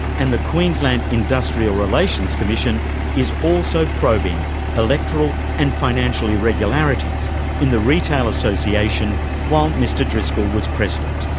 and the queensland industrial relations commission is also probing electoral and financial irregularities in the retail association while mr driscoll was president.